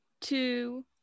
two